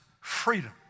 freedom